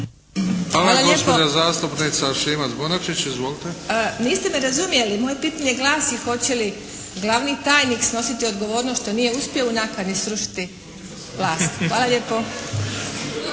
Hvala lijepo. Niste me razumjeli. Moje pitanje glasi, hoće li glavni tajnik snositi odgovornost što nije uspio u nakani srušiti vlast. Hvala lijepo.